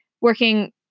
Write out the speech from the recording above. working